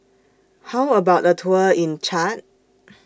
How about A Tour in Chad